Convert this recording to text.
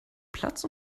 platz